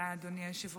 תודה, אדוני היושב-ראש.